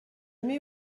mets